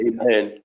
Amen